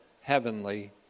heavenly